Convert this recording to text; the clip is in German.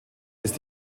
ist